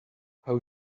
how